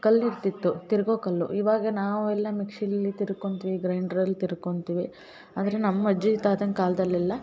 ಕಲ್ಲು ಇರ್ತಿತ್ತು ತಿರ್ವೋಕಲ್ಲು ಇವಾಗ ನಾವೆಲ್ಲ ಮಿಕ್ಶಿಲಿ ತಿರ್ಕೊತೀವಿ ಗ್ರೈಂಡ್ರಲ್ಲಿ ತಿರ್ಕೊತೀವಿ ಆದರೆ ನಮ್ಮ ಅಜ್ಜಿ ತಾತನ ಕಾಲದಲ್ಲೆಲ್ಲ